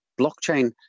blockchain